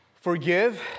forgive